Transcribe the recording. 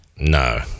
No